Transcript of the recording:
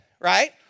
right